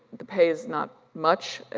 the pay is not much,